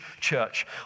church